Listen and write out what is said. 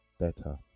Better